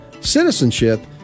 citizenship